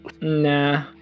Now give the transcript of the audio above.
Nah